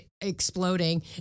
exploding